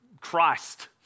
Christ